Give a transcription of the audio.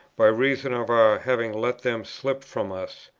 by reason of our having let them slip from us.